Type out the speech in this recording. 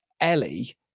Ellie